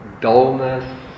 dullness